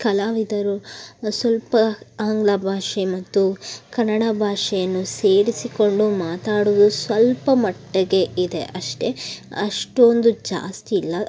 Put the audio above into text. ಕಲಾವಿದರು ಸ್ವಲ್ಪ ಆಂಗ್ಲ ಭಾಷೆ ಮತ್ತು ಕನ್ನಡ ಭಾಷೆಯನ್ನು ಸೇರಿಸಿಕೊಂಡು ಮಾತಾಡುವುದು ಸ್ವಲ್ಪ ಮಟ್ಟಿಗೆ ಇದೆ ಅಷ್ಟೇ ಅಷ್ಟೊಂದು ಜಾಸ್ತಿ ಇಲ್ಲ